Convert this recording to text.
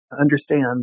understand